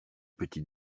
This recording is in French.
petit